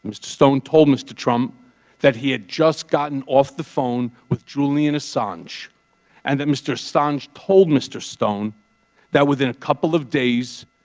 stone told mr. trump that he had just gotten off the phone with julian assange and that mr. assange told mr. stone that within a couple of days,